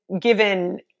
given